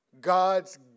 God's